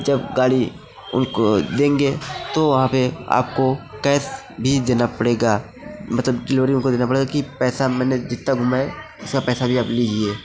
जब गाड़ी उनको देंगे तो वहाँ पे आपको कैस भी देना पड़ेगा मलतब को देना पड़ेगा कि पैसा मैंने जितना घुमाए उसका पैसा भी आप लीजिए